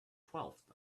twelfth